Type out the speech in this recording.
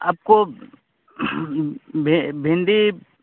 आपको भि भिंडी